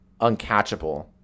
uncatchable